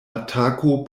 atako